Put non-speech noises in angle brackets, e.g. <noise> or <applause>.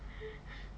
<breath>